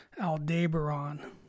Aldebaran